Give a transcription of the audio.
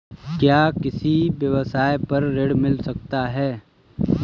क्या किसी व्यवसाय पर ऋण मिल सकता है?